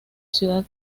ciudad